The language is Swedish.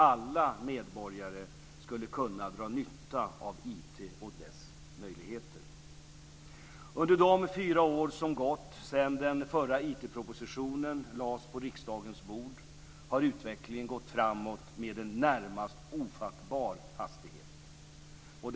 Alla medborgare skulle kunna dra nytta av IT och dess möjligheter. Under de fyra år som gått sedan den förra IT propositionen lades fram på riksdagens bord har utvecklingen gått framåt med en närmast ofattbar hastighet.